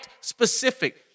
specific